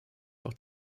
auch